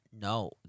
No